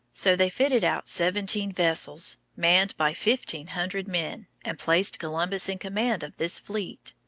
so they fitted out seventeen vessels, manned by fifteen hundred men, and placed columbus in command of this fleet.